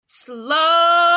Slow